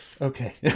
okay